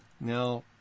Now